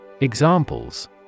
Examples